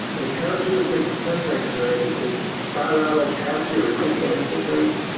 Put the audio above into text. and characteristic chest x-ray is bilateral patchy or reticular infiltrates,